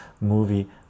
movie